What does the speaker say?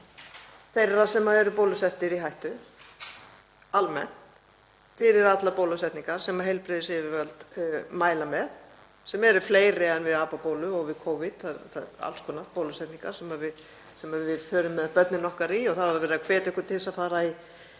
þeirra sem eru bólusettir í hættu almennt, fyrir allar bólusetningar sem heilbrigðisyfirvöld mæla með sem eru fleiri en við apabólu og við Covid, það eru alls konar bólusetningar sem við förum með börnin okkar í og það var verið að hvetja okkur til að fara í